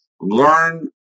learn